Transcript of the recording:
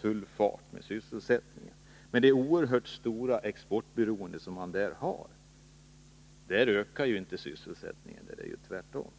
full fart på sysselsättningen genom devalveringen — med det oerhört stora exportberoende som den har. Norrbottens län Där ökar inte sysselsättningen utan tvärtom.